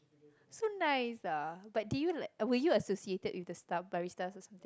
so nice ah but did you like were you associated with the staff Baristas or something